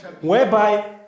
whereby